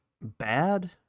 bad